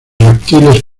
reptiles